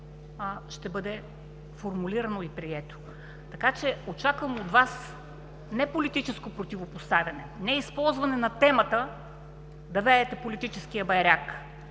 ще бъде формулирано и прието. Така че очаквам от Вас не политическо противопоставяне, не използване на темата да веете политическия байрак,